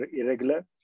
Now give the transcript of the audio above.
irregular